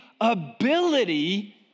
ability